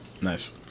Nice